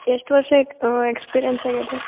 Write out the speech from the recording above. ಎಷ್ಟು ವರ್ಷ ex experience ಆಗ್ಯದ ರೀ